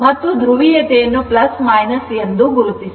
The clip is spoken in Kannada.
ಮತ್ತು ಧ್ರುವೀಯತೆಯನ್ನು ಎಂದು ಗುರುತಿಸಿ